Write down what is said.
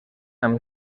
amb